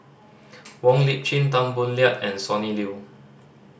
Wong Lip Chin Tan Boo Liat and Sonny Liew